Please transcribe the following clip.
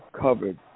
covered